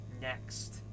next